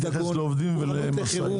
תכף נתייחס לעובדים ולמשאיות.